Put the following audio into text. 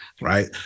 right